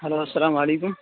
hello السلام علیکم